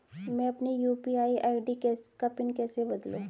मैं अपनी UPI ID का पिन कैसे बदलूं?